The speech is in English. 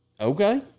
Okay